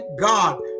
God